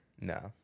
No